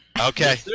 Okay